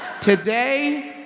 Today